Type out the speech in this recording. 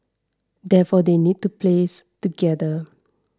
therefore they need a place to gather